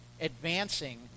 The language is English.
advancing